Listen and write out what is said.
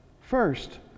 first